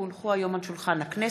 כי הונחו היום על שולחן הכנסת,